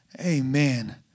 Amen